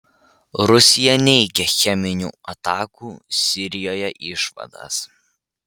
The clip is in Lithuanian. rusija neigia cheminių atakų sirijoje išvadas